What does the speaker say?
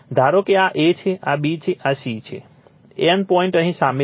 ધારો કે આ a છે આ b છે આ c છે N પોઇન્ટ અહીં સામેલ છે